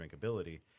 drinkability